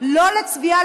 לא לצבירה,